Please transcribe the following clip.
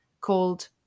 called